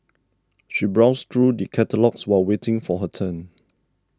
she browsed through the catalogues while waiting for her turn